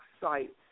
sites